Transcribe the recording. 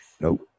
nope